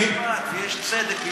בשביל זה יש משפט ויש צדק בישראל,